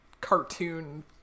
cartoon